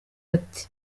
ati